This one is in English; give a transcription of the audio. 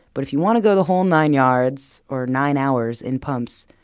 but if you want to go the whole nine yards or nine hours in pumps,